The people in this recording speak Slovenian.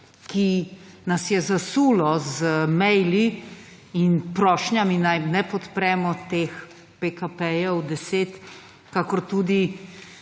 ki nas je zasulo z e-maili in prošnjami naj ne podpremo teh PKP-10 kakor tudi